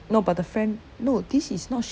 no but the friend no this is not